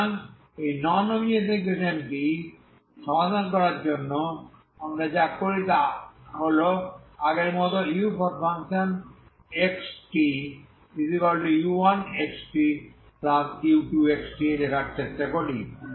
সুতরাং এই non homogeneous equation টি সমাধান করার জন্য আমরা যা করি তা হল আমরা আগের মত uxtu1xtu2xt লেখার চেষ্টা করি